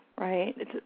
Right